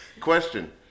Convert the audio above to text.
Question